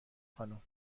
خانم